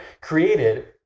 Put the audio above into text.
created